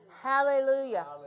hallelujah